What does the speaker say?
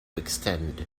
extend